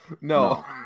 No